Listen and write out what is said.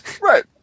right